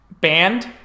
banned